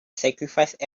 sacrificed